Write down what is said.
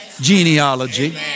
genealogy